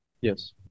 Yes